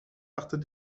achter